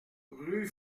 rue